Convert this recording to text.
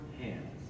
hands